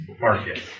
market